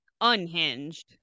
Unhinged